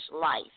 life